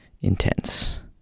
intense